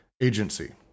agency